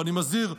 ואני מזהיר,